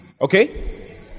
Okay